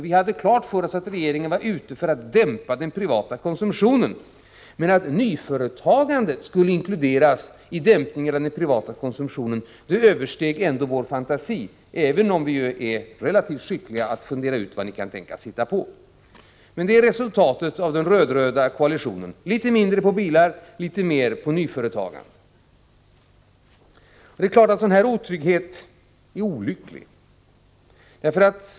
Vi hade klart för oss att regeringen var ute för att dämpa den privata konsumtionen, men att nyföretagandet skulle inkluderas i dämpningen av den privata konsumtionen översteg ändå vår fantasi, även om vi ju är relativt skickliga i att fundera ut vad ni kan tänkas hitta på. Det är resultatet av den röd-röda koalitionen — dvs. litet mindre när det gäller bilar och litet mer när det gäller nyföretagande. Det är klart att en sådan här otrygghet är olycklig.